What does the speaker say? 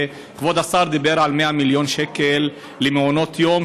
וכבוד השר דיבר על 100 מיליון שקל למעונות יום